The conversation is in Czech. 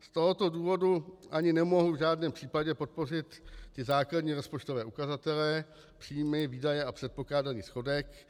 Z tohoto důvodu ani nemohu v žádném případě podpořit ty základní rozpočtové ukazatele, příjmy, výdaje a předpokládaný schodek.